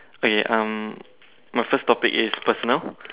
okay um my first topic is personal